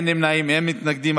אין נמנעים, אין מתנגדים.